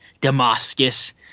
Damascus